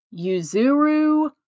Yuzuru